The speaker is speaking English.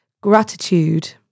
Gratitude